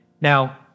Now